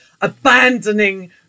abandoning